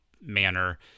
manner